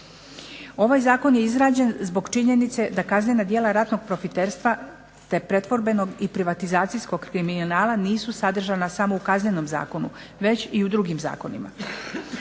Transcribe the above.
Ovaj zakon je izrađen zbog činjenice da kaznena djela ratnog profiterstva te pretvorbenog i privatizacijskog kriminala nisu sadržana samo u Kaznenom zakonu već i u drugim zakonima.